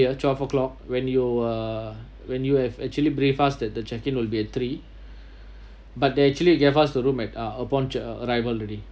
twelve o'clock when you uh when you have actually brief us that the check in will be at three but they actually gave us the room at uh upon uh arrival already